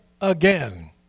again